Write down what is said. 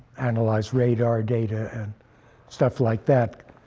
analyze radar data and stuff like that,